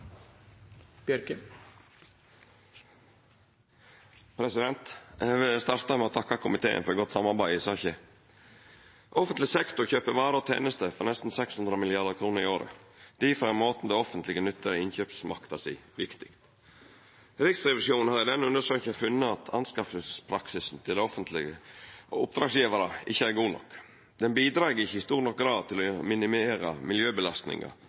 vil starta med å takka komiteen for godt samarbeid i saka. Offentleg sektor kjøper varer og tenester for nesten 600 mrd. kr i året. Difor er måten det offentlege nyttar innkjøpsmakta si på, viktig. Riksrevisjonen har i denne undersøkinga funne at anskaffingspraksisen til offentlege oppdragsgjevarar ikkje er god nok. Han bidreg ikkje i stor grad til å